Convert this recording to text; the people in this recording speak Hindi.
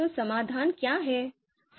तो समाधान क्या है